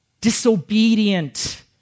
disobedient